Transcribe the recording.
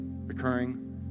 Recurring